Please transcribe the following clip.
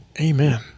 Amen